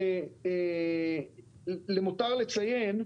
למותר לציין,